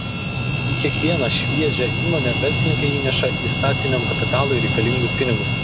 į kiekvieną šviežią įmonę verslininkai įneša įstatiniam kapitalui reikalingus pinigus